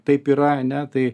taip yra ane tai